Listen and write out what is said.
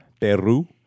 Peru